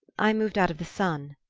i moved out of the sun,